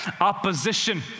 opposition